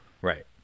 Right